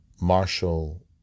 Marshall